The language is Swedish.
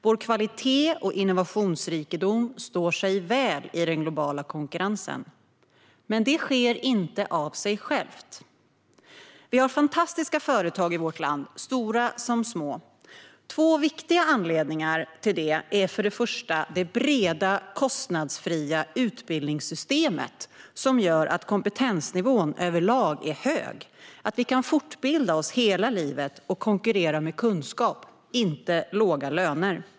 Vår kvalitet och innovationsrikedom står sig väl i den globala konkurrensen. Men det sker inte av sig självt. Vi har fantastiska företag i vårt land, stora som små. Två viktiga anledningar till det är för det första det breda, kostnadsfria utbildningssystemet som gör att kompetensnivån över lag är hög, att vi kan fortbilda oss hela livet och konkurrera med kunskap, inte med låga löner.